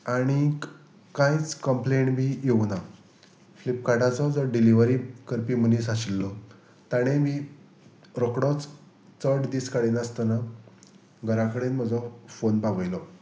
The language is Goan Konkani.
आनीक कांयच कंम्प्लेन बी येवं ना फ्लिपकार्टाचो जर डिलिवरी करपी मनीस आशिल्लो ताणें बी रोकडोच चड दीस काडिनासतना घरा कडेन म्हजो फोन पावयलो